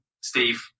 Steve